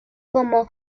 como